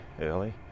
early